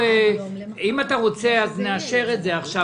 אם אתה רוצה אנחנו נאשר את זה עכשיו,